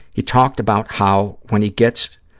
he talked about how when he gets,